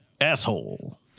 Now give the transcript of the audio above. asshole